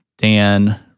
Dan